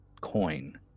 coin